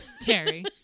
Terry